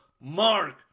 Mark